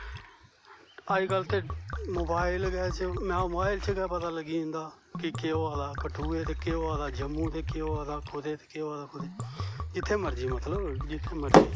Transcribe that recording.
अजकल ते मोबाइल च गै मोबाइल च गै पता लग्गी जंदा कि के होआ दा कठुऐ ते केह् होआ दा जम्मू ते केह् होआदा कदू ते कुदे ते केह् होआ दा कुदे जित्थे मर्जी मतलब जित्थे मर्जी